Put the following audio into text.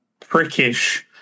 prickish